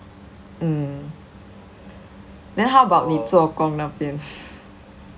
mm then how about 你做工那边